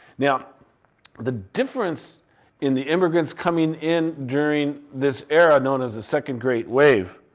now the difference in the immigrants coming in during this era known as the second great wave